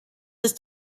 ist